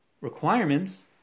requirements